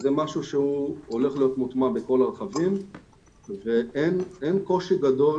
זה משהו שהוא הולך להיות מוטמע בכל הרכבים ואין קושי גדול